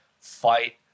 fight